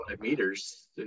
meters